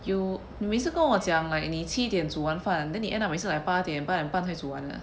you 你每次跟我讲 like 你七点煮完饭 then 你 end up 每次 like 八点半饭才煮完的